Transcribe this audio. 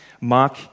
Mark